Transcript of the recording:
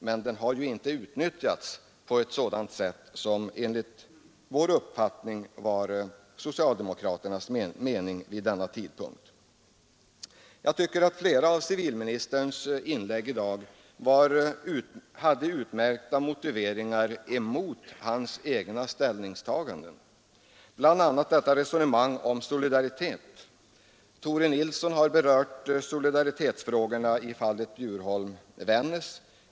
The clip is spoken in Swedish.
Dessa möjligheter har inte utnyttjats på ett sådant sätt som vi trodde var socialdemokraternas mening att göra vid denna tidpunkt. Jag tycker att flera av civilministerns inlägg i dag innehöll utmärkta motiveringar mot hans egna ställningstaganden, bl.a. resonemanget om solidaritet. Tore Nilsson i Agnäs har berört solidaritetsfrågorna i fallet Bjurholm—Vännäs.